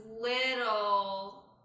little